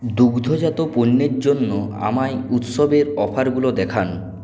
দুগ্ধজাত পণ্যের জন্য আমায় উৎসবের অফারগুলো দেখান